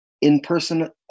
in-person